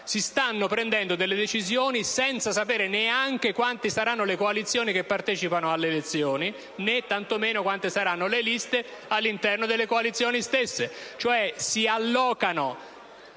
Si stanno prendendo delle decisioni senza sapere neanche quante saranno le coalizioni che parteciperanno alle elezioni né quante saranno le liste all'interno delle coalizioni stesse.